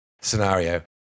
scenario